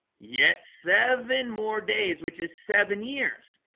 yet seven more days, which is seven years.